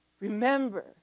remember